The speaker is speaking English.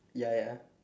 ya ya